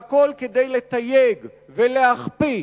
והכול כדי לתייג, להכפיש,